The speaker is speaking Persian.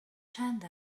چند